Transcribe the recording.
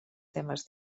temes